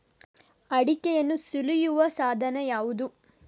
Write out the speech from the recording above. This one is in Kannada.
ಅಡಿಕೆಯನ್ನು ಸುಲಿಯುವ ಸಾಧನ ಯಾವುದು?